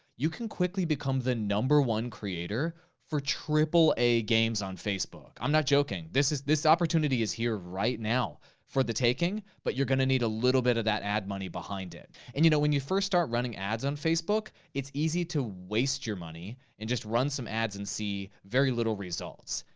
you can quickly become the number one creator for triple a games on facebook. i'm not joking. this opportunity is here right now for the taking, but you're gonna need a little bit of that ad money behind it. and you know, when you first start running ads on facebook, it's easy to waste your money and just run some ads and see very little results.